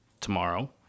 tomorrow